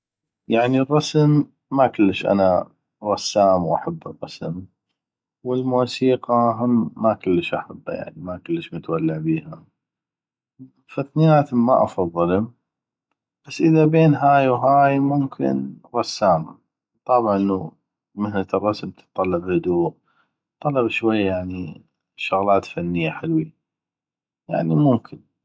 يعني الرسم ما كلش انا رسام واحب الرسم والموسيقى هم ما كلش احبه يعني ما كلش متولع بيها واثنيناتم ما افضلم بس اذا بين هاي وهاي ممكن الرسام طابع انو مهنة الرسم شوية تتطلب هدوء تتطلب شوية يعني شغلات فنية حلوي يعني ممكن